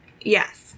Yes